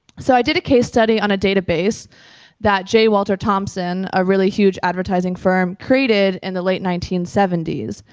so i did a case study on a database that j. walter thompson, a really huge advertising firm created in the late nineteen seventy s.